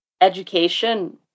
education-